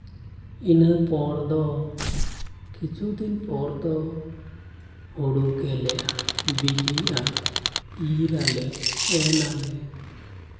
ᱤᱱᱟᱹ ᱯᱚᱨ ᱫᱚ ᱠᱤᱪᱷᱩ ᱫᱤᱱ ᱯᱚᱨ ᱫᱚ ᱦᱩᱲᱩ ᱜᱮᱞᱮ ᱵᱤᱞᱤᱜᱼᱟ ᱤᱨ ᱟᱞᱮ ᱮᱱ ᱟᱞᱮ